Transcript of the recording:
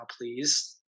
please